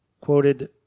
quoted